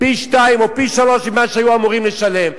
פי-שניים או פי-שלושה ממה שהיו אמורים לשלם?